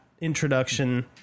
introduction